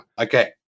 Okay